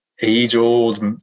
age-old